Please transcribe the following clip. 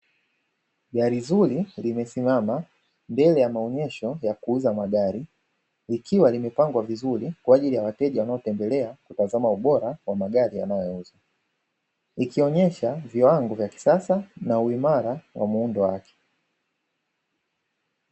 Gari zuri limesimana mbele ya maonyesho ya kuuza magari, likiwa limepangwa vizuri kwa ajili ya wateja wanaotembelea kutazama ubora wa magari wanayoyauza, ikionyesha viwango kisasa na uimara wa muundo wake.